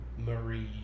Marie